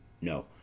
No